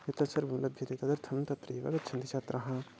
एतत्सर्वं लभ्यते तदर्थं तत्रैव गच्छन्ति छात्राः